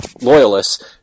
loyalists